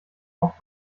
auf